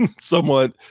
somewhat